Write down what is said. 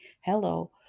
Hello